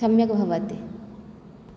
सम्यक् भवति